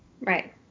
right